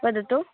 वदतु